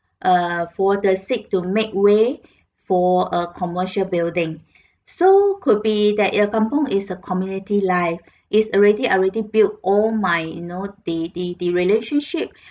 err for the sick to make way for a commercial building so could be that your kampung is a community life is already already built all my you know the the the relationship